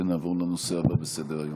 ונעבור לנושא הבא בסדר-היום.